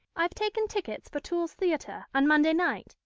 i've taken tickets for toole's theatre on monday night.